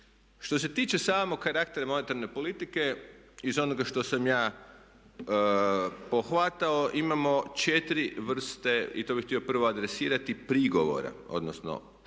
Što se tiče samog karaktera monetarne politike iz onoga što sam ja pohvatao, imamo 4 vrste i to bih htio prvo adresirati prigovora, odnosno što